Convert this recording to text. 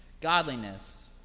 ...godliness